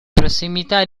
prossimità